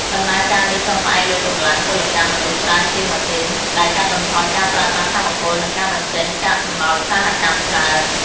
ដំណើរការនេះពឹងផ្អែកលើកម្លាំងពលកម្មមនុស្សច្រើនជាងម៉ាស៊ីន ដែលកាត់បន្ថយការប្រើប្រាស់ថាមពល និងការបញ្ចេញកាកសំណល់ឧស្សាហកម្មច្រើន។